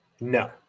No